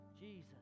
Jesus